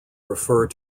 refer